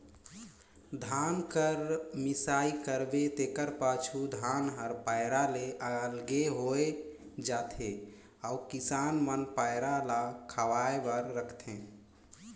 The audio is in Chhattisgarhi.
धान कर मिसाई करबे तेकर पाछू धान हर पैरा ले अलगे होए जाथे अउ किसान मन पैरा ल खवाए बर राखथें